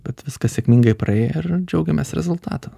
bet viskas sėkmingai praėjo ir džiaugiamės rezultatu